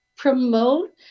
promote